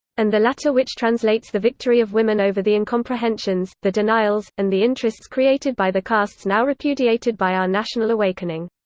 and the latter which translates the victory of women over the incomprehensions, the denials, and the interests created by the castes now repudiated by our national awakening.